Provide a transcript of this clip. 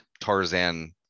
tarzan